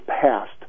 passed